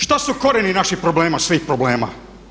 Šta su korijeni naših problema, svih problema?